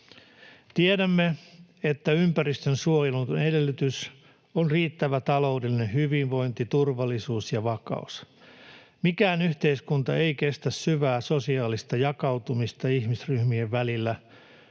Tiedämme, että ympäristönsuojelun edellytys ovat riittävä taloudellinen hyvinvointi, turvallisuus ja vakaus. Mikään yhteiskunta ei kestä syvää sosiaalista jakautumista ihmisryhmien välillä,